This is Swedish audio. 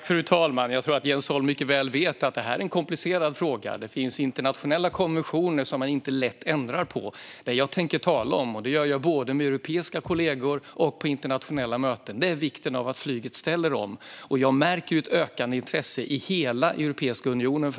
Fru talman! Jag tror att Jens Holm mycket väl vet att detta är en komplicerad fråga. Det finns internationella konventioner som man inte lätt ändrar på. Det jag tänker tala om - och det gör jag både med europeiska kollegor och på internationella möten - är vikten av att flyget ställer om. Jag märker ett ökande intresse i hela Europeiska unionen.